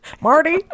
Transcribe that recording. Marty